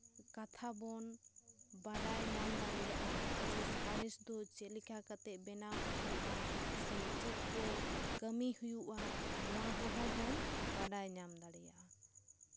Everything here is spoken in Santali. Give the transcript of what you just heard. ᱠᱟᱛᱷᱟ ᱵᱚᱱ ᱵᱟᱰᱟᱭ ᱧᱟᱢ ᱫᱟᱲᱮᱭᱟᱜᱼᱟ ᱡᱮ ᱥᱟᱬᱮᱥ ᱫᱚ ᱪᱮᱫ ᱞᱮᱠᱟ ᱠᱟᱛᱮᱜ ᱵᱮᱱᱟᱣ ᱦᱩᱭᱩᱜᱼᱟ ᱥᱮ ᱪᱮᱫ ᱠᱚ ᱠᱟᱹᱢᱤ ᱦᱩᱭᱩᱜᱼᱟ ᱱᱚᱣᱟ ᱠᱚᱦᱚᱸ ᱵᱚᱱ ᱵᱟᱰᱟᱭ ᱧᱟᱢ ᱫᱟᱲᱮᱭᱟᱜᱼᱟ